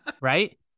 right